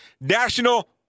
National